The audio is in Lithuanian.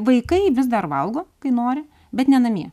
vaikai vis dar valgo kai nori bet ne namie